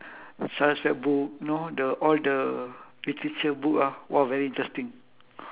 charlotte's web book you know the all the literature book ah !wah! very interesting